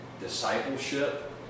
discipleship